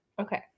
Okay